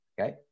okay